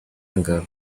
b’ingabo